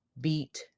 beat